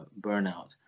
burnout